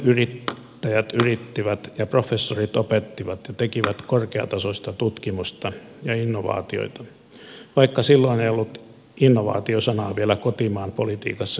ennen yrittäjät yrittivät ja professorit opettivat ja tekivät korkeatasoista tutkimusta ja innovaatioita vaikka silloin ei ollut innovaatio sanaa vielä kotimaan politiikassa keksittykään